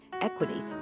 equity